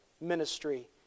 ministry